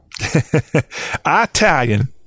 Italian